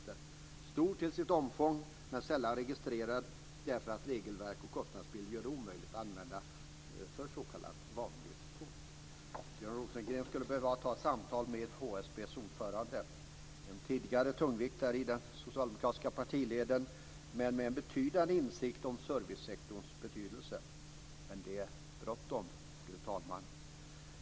Den sektorn är stor till sitt omfång men sällan registrerad därför att regelverk och kostnadsbild gör det omöjligt för s.k. vanligt folk. Björn Rosengren skulle behöva ha ett samtal med HSB:s ordförande - en tidigare tungviktare i de socialdemokratiska partileden men med en betydande insikt om servicesektorns betydelse. Det är bråttom, fru talman.